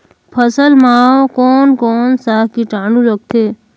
फसल मा कोन कोन सा कीटाणु लगथे?